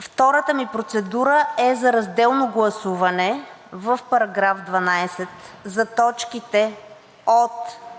Втората ми процедура е за разделно гласуване в параграф 12 за точките от